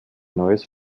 neues